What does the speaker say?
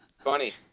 Funny